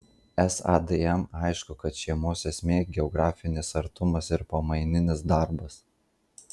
sadm aišku kad šeimos esmė geografinis artumas ir pamaininis darbas